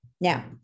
Now